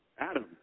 Adam